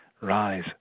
Rise